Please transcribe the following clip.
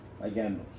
again